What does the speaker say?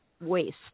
waste